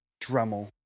Dremel